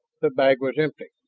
the bag was empty.